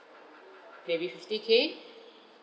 maybe fifty K